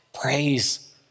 Praise